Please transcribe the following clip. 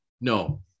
no